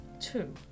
two